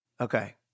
Okay